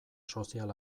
sozial